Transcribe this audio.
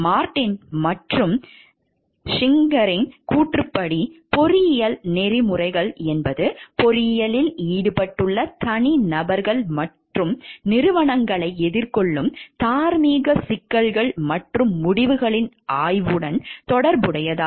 Martin மற்றும் ஷிஞ்சிங்கரின் கூற்றுப்படி பொறியியல் நெறிமுறைகள் என்பது பொறியியலில் ஈடுபட்டுள்ள தனிநபர்கள் மற்றும் நிறுவனங்களை எதிர்கொள்ளும் தார்மீக சிக்கல்கள் மற்றும் முடிவுகளின் ஆய்வுடன் தொடர்புடையது